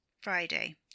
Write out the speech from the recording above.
Friday